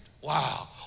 wow